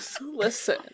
Listen